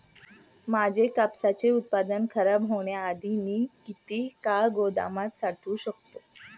माझे कापसाचे उत्पादन खराब होण्याआधी मी किती काळ गोदामात साठवू शकतो?